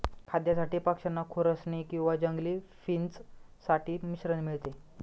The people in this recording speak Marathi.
खाद्यासाठी पक्षांना खुरसनी किंवा जंगली फिंच साठी मिश्रण मिळते